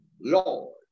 Lord